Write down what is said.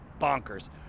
bonkers